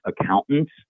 accountants